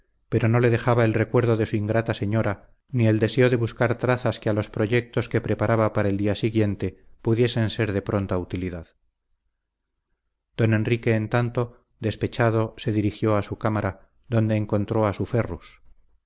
pero no le dejaba el recuerdo de su ingrata señora ni el deseo de buscar trazas que a los proyectos que preparaba para el día siguiente pudiesen ser de pronta utilidad don enrique en tanto despechado se dirigió a su cámara donde encontró a su ferrus